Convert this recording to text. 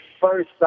first